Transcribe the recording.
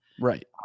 Right